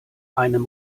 einem